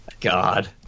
God